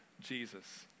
Jesus